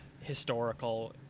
historical